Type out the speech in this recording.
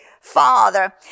Father